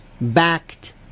backed